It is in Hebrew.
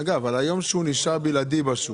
הבנק הבינלאומי נשאר היום בלעדי בשוק,